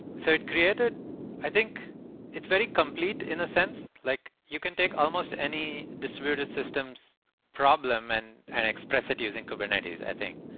so it created i think it's very complete in a sense, like you can take almost any distributed systems problem and and express it using kubernetes, i think.